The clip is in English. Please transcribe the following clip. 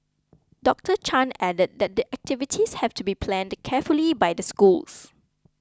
Doctor Chan added that the activities have to be planned carefully by the schools